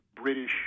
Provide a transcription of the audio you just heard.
British